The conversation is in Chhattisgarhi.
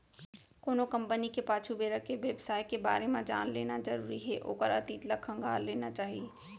कोनो कंपनी के पाछू बेरा के बेवसाय के बारे म जान लेना जरुरी हे ओखर अतीत ल खंगाल लेना चाही